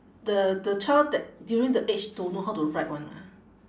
the the child that during the age don't know how to write [one] ah